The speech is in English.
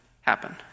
happen